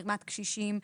מרמת קשישים,